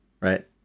right